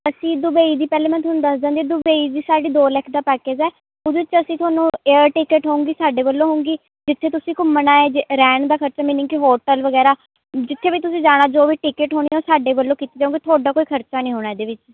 ਅਸੀਂ ਦੁਬਈ ਦੀ ਪਹਿਲੇ ਮੈਂ ਤੁਹਾਨੂੰ ਦੱਸ ਦਿੰਦੀ ਦੁਬਈ ਦੀ ਸਾਡੀ ਦੋ ਲੱਖ ਦਾ ਪੈਕਜ ਹੈ ਉਹਦੇ 'ਚ ਅਸੀਂ ਤੁਹਾਨੂੰ ਏਅਰ ਟਿਕਟ ਹੋਵੇਗੀ ਸਾਡੇ ਵੱਲੋਂ ਹੋਵੇਗੀ ਜਿੱਥੇ ਤੁਸੀਂ ਘੁੰਮਣ ਆਏ ਜੇ ਰਹਿਣ ਦਾ ਖਰਚਾ ਮੀਨਿੰਗ ਕਿ ਹੋਟਲ ਵਗੈਰਾ ਜਿੱਥੇ ਵੀ ਤੁਸੀਂ ਜਾਣਾ ਜੋ ਵੀ ਟਿਕਟ ਹੋਣੀ ਹੈ ਉਹ ਸਾਡੇ ਵੱਲੋਂ ਕੀਤੀ ਜਾਊਗੇ ਤੁਹਾਡਾ ਕੋਈ ਖਰਚਾ ਨਹੀਂ ਹੋਣਾ ਇਹਦੇ ਵਿੱਚ